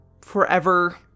forever